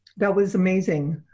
that was amazing.